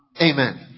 Amen